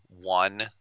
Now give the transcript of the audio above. one